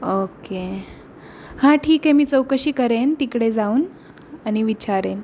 okay हां ठीक आहे मी चौकशी करेन तिकडे जाऊन आणि विचारेन